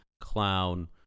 clown